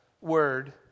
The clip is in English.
word